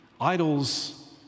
idols